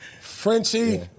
Frenchie